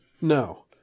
No